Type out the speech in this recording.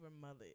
mullet